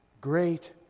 great